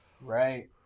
Right